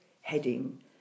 heading